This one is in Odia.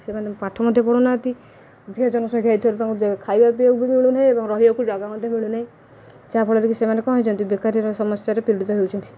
ସେମାନେ ପାଠ ମଧ୍ୟ ପଢ଼ୁନାହାନ୍ତି ଝିଅ ଜଣ ସଂଖ୍ୟା ହୋଇଥିବାରୁ ତାଙ୍କୁ ଖାଇବା ପିଇବାକୁ ବି ମିଳୁନାହିଁ ଏବଂ ରହିବାକୁ ଜାଗା ମଧ୍ୟ ମିଳୁନାହିଁ ଯାହାଫଳରେ କି ସେମାନେ କଣ ହୋଇଛନ୍ତି ବେକାରୀର ସମସ୍ୟାରେ ପୀଡ଼ିତ ହେଉଛନ୍ତି